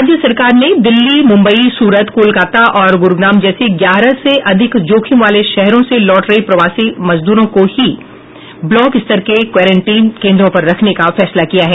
राज्य सरकार ने दिल्ली मुम्बई सूरत कोलकाता और गुरूग्राम जैसे ग्यारह से अधिक जोखिम वाले शहरों से लौट रहे प्रवासी मजदूरों को ही ब्लॉक स्तर के क्वारंटीन केन्द्रों पर रखने का फैसला किया है